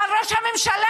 אבל ראש הממשלה,